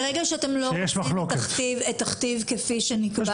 ברגע שאתם לא רוצים את התכתיב כפי שנקבע